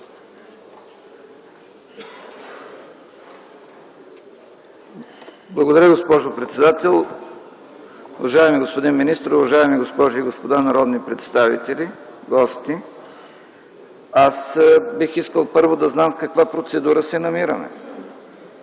Благодаря, госпожо председател. Уважаеми господин министър, уважаеми госпожи и господа народни представители и гости! Бих искал, първо, да знам в каква процедура се намираме?